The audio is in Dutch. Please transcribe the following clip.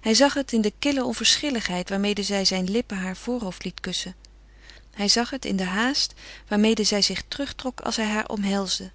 hij zag het in de kille onverschilligheid waarmede zij zijn lippen haar voorhoofd liet kussen hij zag het in de haast waarmede zij zich terugtrok als hij haar omhelsde